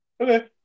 Okay